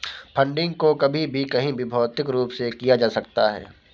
funding को कभी भी कहीं भी भौतिक रूप से किया जा सकता है